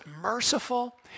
merciful